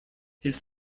his